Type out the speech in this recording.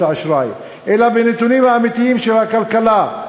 האשראי אלא בנתונים האמיתיים של הכלכלה.